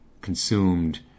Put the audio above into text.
consumed